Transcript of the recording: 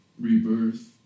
rebirth